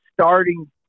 starting